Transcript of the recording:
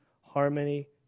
harmony